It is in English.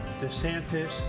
DeSantis